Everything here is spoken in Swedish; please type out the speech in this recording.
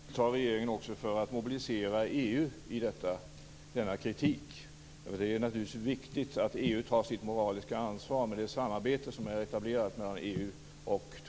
Fru talman! Tack för svaret! Vilka åtgärder vidtar regeringen för att också mobilisera EU i denna kritik? Det är naturligtvis viktigt att EU tar sitt moraliska ansvar med det samarbete som är etablerat mellan EU